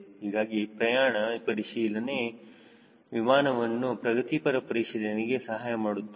ಹೀಗಾಗಿ ಪರ್ಯಾಯ ಪರಿಶೀಲನೆ ಕಾರ್ಯಕ್ರಮ ವಿಮಾನವನ್ನು ಪ್ರಗತಿಪರ ಪರಿಶೀಲನೆಗೆ ಸಹಾಯಮಾಡುತ್ತದೆ